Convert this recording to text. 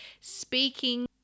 speaking